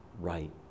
right